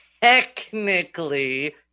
technically